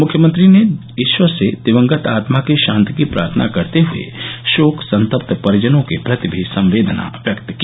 मुख्यमंत्री ने ईश्वर से दिवंगत आत्मा की शान्ति की प्रार्थना करते हये शोक संतप्त परिजनों के प्रति भी संवेदना व्यक्त की